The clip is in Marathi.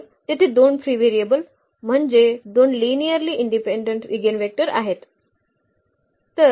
तर तेथे दोन फ्री व्हेरिएबल म्हणजे 2 लिनिअर्ली इंडिपेंडेंट ईगेनवेक्टर आहेत